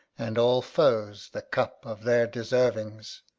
and all foes the cup of their deservings